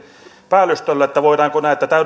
päällystölle että voidaanko näitä